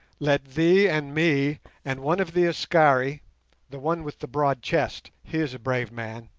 let thee and me and one of the askari the one with the broad chest he is a brave man